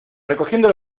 recogiendo